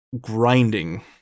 grinding